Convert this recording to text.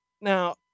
Now